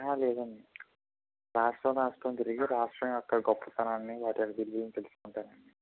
లేదండి రాష్ట్రం రాష్ట్రం తిరిగి రాష్ట్రం యొక్క గొప్పతనాన్ని వాటిని గురించి తెలుసుకుంటాను